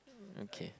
okay